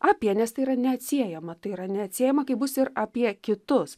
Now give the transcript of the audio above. apie nes tai yra neatsiejama tai yra neatsiejama kaip bus ir apie kitus